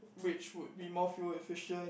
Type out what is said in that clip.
which would be more fuel efficient